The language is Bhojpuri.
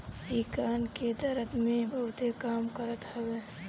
इ कान के दरद में बहुते काम करत हवे